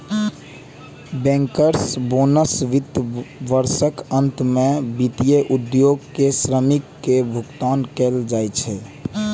bankers bonus वित्त वर्षक अंत मे वित्तीय उद्योग के श्रमिक कें भुगतान कैल जाइ छै